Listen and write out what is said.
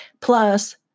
Plus